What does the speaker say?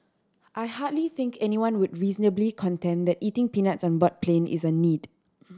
I hardly think anyone would reasonably contend that eating peanuts on board a plane is a need